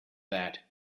that